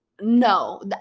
no